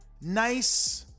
nice